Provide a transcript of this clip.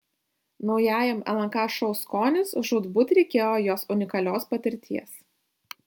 naujajam lnk šou skonis žūtbūt reikėjo jos unikalios patirties